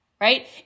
right